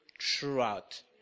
throughout